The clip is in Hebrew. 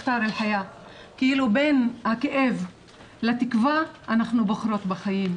'---' כאילו בין הכאב לתקווה אנחנו בוחרות בחיים.